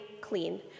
clean